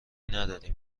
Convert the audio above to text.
نداریم